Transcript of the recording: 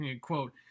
quote